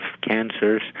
cancers